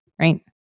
right